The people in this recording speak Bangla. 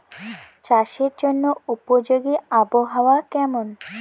চাষের জন্য উপযোগী আবহাওয়া কেমন?